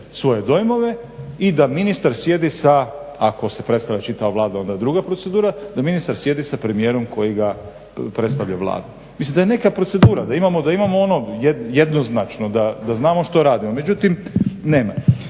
svoje dojmove i da ministar sjedi sa, ako se predstavlja čitava Vlada onda je druga procedura, da ministar sjedi sa premijerom koji predstavlja Vladu. Mislim da je neka procedura, da imamo ono jednoznačno da znamo što radimo. Međutim, nema